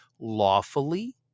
lawfully